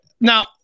Now